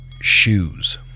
shoes